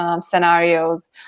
scenarios